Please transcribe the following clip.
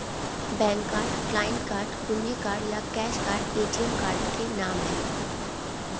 bank card, client card, कुंजी card या cash card ATM card के नाम है